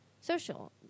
Social